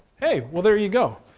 hey, well there you go.